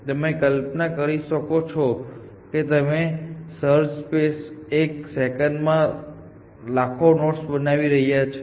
તમે કલ્પના કરી શકો છો કે તમે સર્ચ સ્પેસમાં એક સેકન્ડમાં લાખો નોડ્સ બનાવી રહ્યા છો